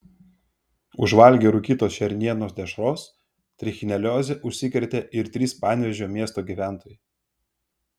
užvalgę rūkytos šernienos dešros trichinelioze užsikrėtė ir trys panevėžio miesto gyventojai